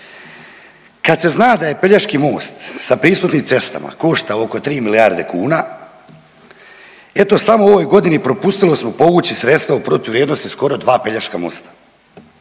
Kad se zna da je Pelješki most sa pristupnim cestama koštao oko 3 milijarde kuna, eto samo u ovoj godini propustili smo povući sredstva u protuvrijednosti skoro 2 Pelješka mosta